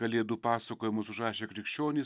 kalėdų pasakojimus užrašę krikščionys